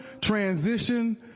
transition